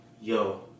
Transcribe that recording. Yo